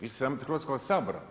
Vi se sramite Hrvatskoga sabora.